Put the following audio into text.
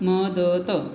मदत